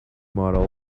model